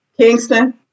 Kingston